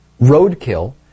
Roadkill